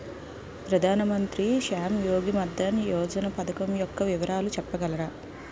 ప్రధాన మంత్రి శ్రమ్ యోగి మన్ధన్ యోజన పథకం యెక్క వివరాలు చెప్పగలరా?